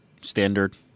standard